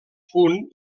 punt